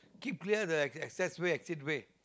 keep clear the ac~ access way exit way